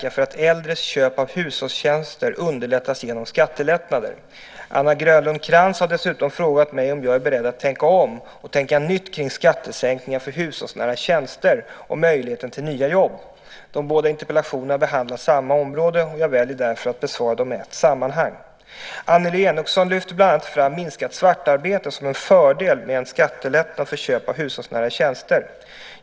Fru talman! Annelie Enochson har frågat mig om jag avser att verka för att äldres köp av hushållstjänster underlättas genom skattelättnader. Anna Grönlund Krantz har dessutom frågat mig om jag är beredd att tänka om och tänka nytt kring skattesänkningar för hushållsnära tjänster och möjligheten till nya jobb. De båda interpellationerna behandlar samma område, och jag väljer därför att besvara dem i ett sammanhang. Annelie Enochson lyfter bland annat fram minskat svartarbete som en fördel med en skattelättnad för köp av hushållsnära tjänster.